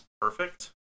perfect